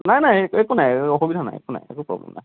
নাই নাই একো নাই অসুবিধা নাই একো নাই একো প্ৰব্লেম নাই